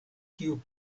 kiu